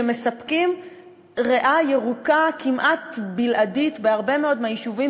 שמספקים ריאה ירוקה כמעט בלעדית בהרבה מאוד מהיישובים,